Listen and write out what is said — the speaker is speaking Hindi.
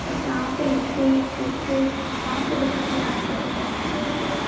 और कहाँ पर स्टेज फिर स्टेज कहाँ पे रखेंगे आप सब बता सकती हैं मेरे को